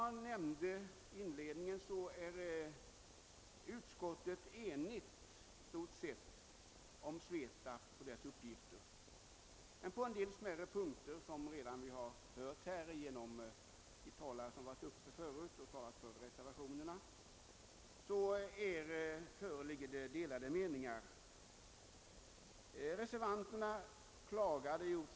Jag nämnde i inledningen att utskotlet i stort sett är enigt om SVETAB och dess uppgifter, men på en del smärre punkter föreligger delade meningar, såsom vi redan har hört av dem som talat för reservationerna.